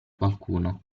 qualcuno